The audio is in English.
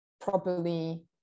properly